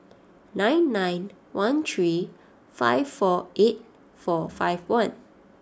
nine nine one three five four eight four five one